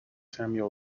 samuel